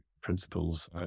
principles